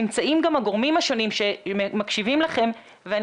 נמצאים גם הגורמים השונים שמקשיבים לכם ואני